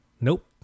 Nope